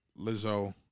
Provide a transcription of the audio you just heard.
Lizzo